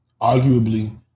arguably